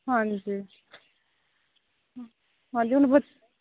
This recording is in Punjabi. ਹਾਂਜੀ ਹਾਂਜੀ ਹੁਣ ਬੱ